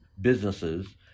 businesses